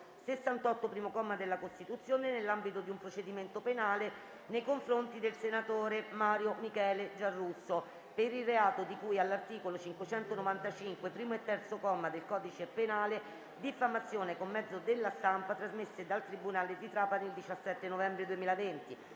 68, primo comma, della Costituzione, nell'ambito di un procedimento penale nei confronti del senatore Mario Michele Giarrusso per il reato di cui all'articolo 595, primo e terzo comma, del codice penale (diffamazione col mezzo della stampa) trasmessa dal Tribunale di Trapani il 17 novembre 2020».